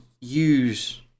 use